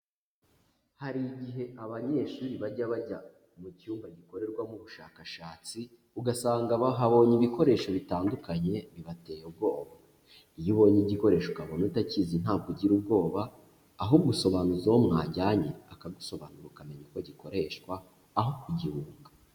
Hari igihe abanyeshuri bajya bajya mu cyumba gikorerwamo ubushakashatsi, ugasanga bahabonye ibikoresho bitandukanye bibateye ubwoba, iyo ubonye igikoresho ukabona utakizi ntabwo ugira ubwoba, ahubwo usobanuza uwo mwajyanye akagusobanura ukamenya uko gikoreshwa, aho kugihunga.